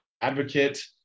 advocate